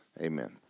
Amen